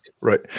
right